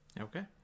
okay